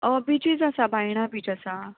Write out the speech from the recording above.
beaches आसा Baina beach आसा